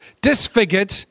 disfigured